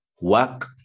work